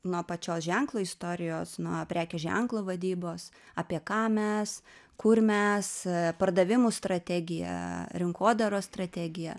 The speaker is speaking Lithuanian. nuo pačios ženklo istorijos nuo prekės ženklo vadybos apie ką mes kur mes pardavimų strategija rinkodaros strategija